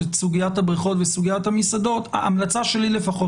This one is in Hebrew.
יש את סוגיית הבריכות וסוגיית המסעדות ההמלצה שלי לפחות